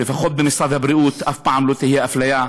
שלפחות במשרד הבריאות אף פעם לא תהיה אפליה.